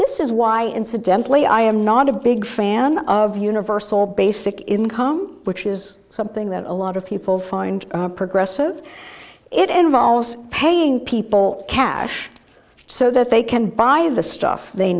this is why incidentally i am not a big fan of universal basic income which is something that a lot of people find progressive it involves paying people cash so that they can buy the stuff they